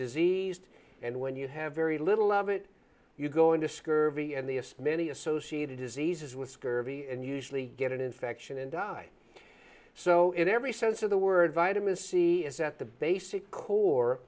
diseased and when you have very little of it you go into scurvy and the many associated diseases with scurvy and usually get an infection and die so in every sense of the word vitamin c is that the basic core